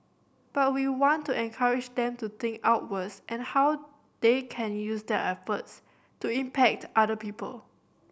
but we want to encourage them to think outwards and how they can use their efforts to impact other people